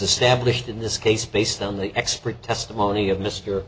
established in this case based on the expert testimony of m